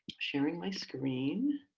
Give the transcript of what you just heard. sharing my screen.